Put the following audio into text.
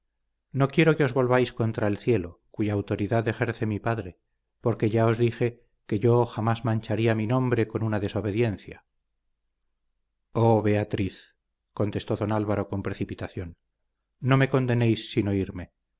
no quiero que os volváis contra el cielo cuya autoridad ejerce mi padre porque ya os dije que yo jamás mancharía mi nombre con una desobediencia oh beatriz contestó don álvaro con precipitación no me condenéis sin oírme